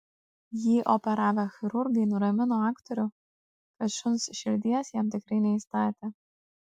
jį operavę chirurgai nuramino aktorių kad šuns širdies jam tikrai neįstatė